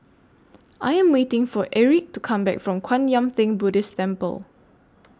I Am waiting For Aric to Come Back from Kwan Yam Theng Buddhist Temple